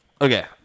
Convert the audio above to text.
Okay